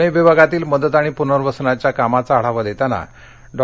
पूण बिभागातील मदत आणि पूनर्वसनाच्या कामाचा आढावा दत्ताना डॉ